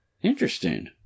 Interesting